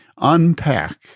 unpack